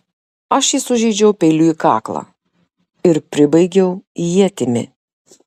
aš jį sužeidžiau peiliu į kaklą ir pribaigiau ietimi